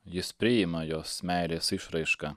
jis priima jos meilės išraišką